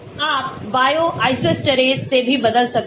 आप bioisostere से भी बदल सकते हैं